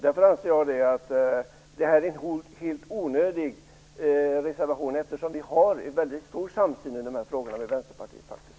Därför anser jag att denna reservation är helt onödig, eftersom vi har en väldigt stor samsyn med Vänsterpartiet i de här frågorna.